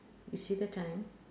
you see the time